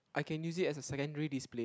I can use it as a secondary display